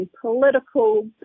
political